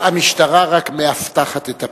המשטרה רק מאבטחת את הפינוי.